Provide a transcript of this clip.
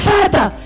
Father